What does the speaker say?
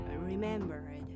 remembered